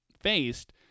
faced